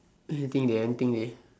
anything dey anything dey